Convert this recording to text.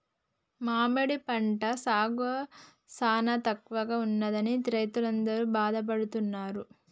మామిడి పంట సాగు సానా తక్కువగా ఉన్నదని రైతులందరూ బాధపడుతున్నారు